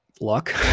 luck